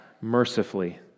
mercifully